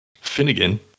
Finnegan